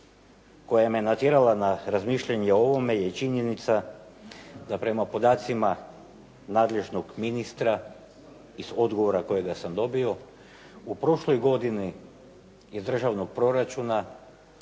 koja me natjerala na razmišljanje o ovome je i činjenica da prema podacima nadležnog ministra iz odgovora kojega sam dobio, u prošloj godini iz državnog proračuna